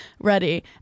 ready